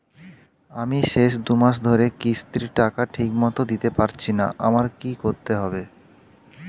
আমি শেষ দুমাস ধরে কিস্তির টাকা ঠিকমতো দিতে পারছিনা আমার কি করতে হবে?